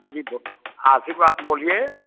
जी बोलो आशीर्वाद बात बोलिए